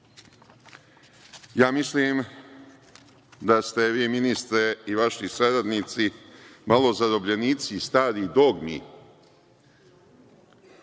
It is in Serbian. ja mislim da ste vi, ministre, i vaši saradnici, malo zarobljenici starih dogmi,